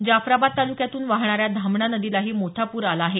जाफराबाद तालुक्यातून वाहणाऱ्या धामणा नदीलाही मोठा पूर आला आहे